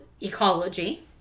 ecology